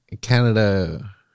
Canada-